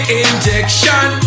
injection